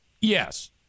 yes